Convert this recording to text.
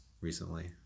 recently